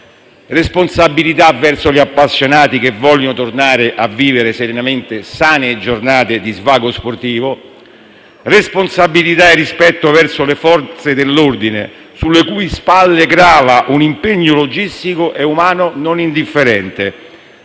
responsabilità verso gli appassionati che vogliono tornare a vivere serenamente sane giornate di svago sportivo; responsabilità e rispetto verso le Forze dell'ordine, sulle cui spalle grava un impegno logistico e umano non indifferente.